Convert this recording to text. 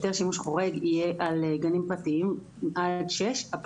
על גנים פרטיים עד שישה ילדים,